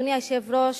אדוני היושב-ראש,